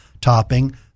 topping